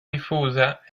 diffusa